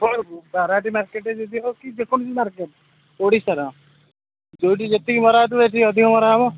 Barabati market ହଉ କି ଯେକୌଣସି ମାର୍କେଟ ଓଡ଼ିଶା ସାରା ଯେଉଁଠି ଯେତିକି ମରା ହେଉଥିବ ଏଠି ଅଧିକ ମରା ହବ